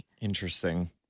Interesting